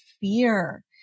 fear